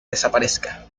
desaparezca